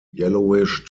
yellowish